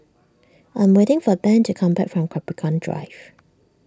I'm waiting for Ben to come back from Capricorn Drive